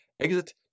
Exit